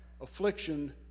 affliction